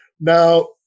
now